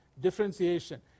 differentiation